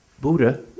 Buddha